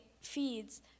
feeds